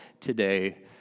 today